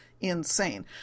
insane